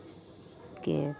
escape